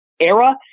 era